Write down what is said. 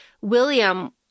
William